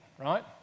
right